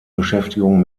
beschäftigung